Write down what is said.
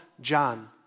John